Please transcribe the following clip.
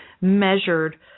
measured